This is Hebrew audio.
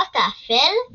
האות האפל –